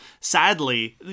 Sadly